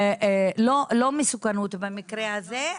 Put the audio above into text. לא מסוכנות במקרה הזה,